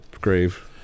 grave